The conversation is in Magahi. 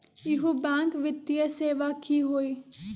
इहु बैंक वित्तीय सेवा की होई?